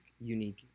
unique